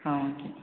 ஆ okay